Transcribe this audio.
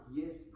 yes